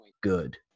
good